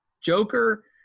Joker